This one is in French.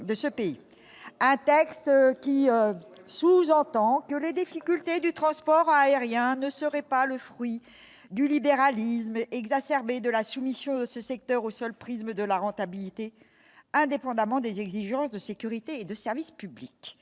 un texte qui sous-entend que les difficultés du transport aérien ne serait pas le fruit du libéralisme exacerbé de la soumission ce secteur au seul prisme de la rentabilité, indépendamment des exigences de sécurité et de service public